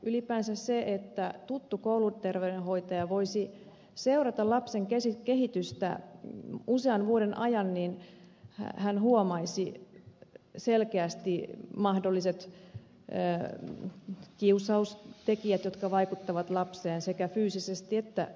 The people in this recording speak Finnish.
ylipäänsä jos tuttu kouluterveydenhoitaja voisi seurata lapsen kehitystä usean vuoden ajan niin hän huomaisi selkeästi mahdolliset kiusaustekijät jotka vaikuttavat lapseen sekä fyysisesti että psyykkisesti